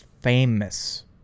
famous